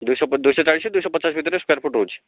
ଦୁଇଶହ ଚାଳିଶ ଦୁଇଶହ ପଚାଶ ଭିତରେ ସ୍କୋୟାର୍ ଫୁଟ୍ ରହୁଛି